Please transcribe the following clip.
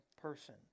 person